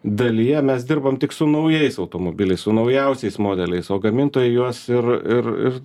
dalyje mes dirbam tik su naujais automobiliais su naujausiais modeliais o gamintojai juos ir ir ir